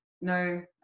no